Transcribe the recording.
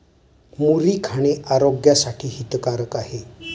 मुरी खाणे आरोग्यासाठी हितकारक आहे